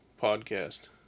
podcast